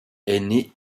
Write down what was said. aîné